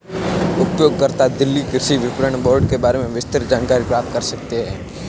उपयोगकर्ता दिल्ली कृषि विपणन बोर्ड के बारे में विस्तृत जानकारी प्राप्त कर सकते है